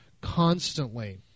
constantly